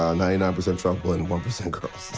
um ninety-nine percent trouble and one percent girls!